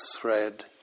thread